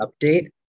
update